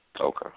Okay